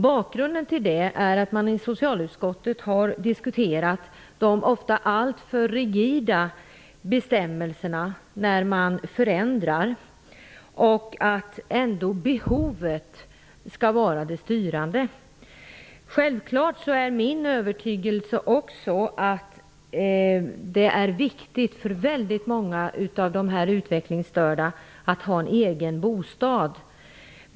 Bakgrunden till det är att man i socialutskottet har diskuterat de ofta alltför rigida bestämmelserna vid förändringar och att behovet skall vara det styrande. Självklart är min övertygelse att det är viktigt för många av de utvecklingsstörda att ha en egen bostad.